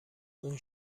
اون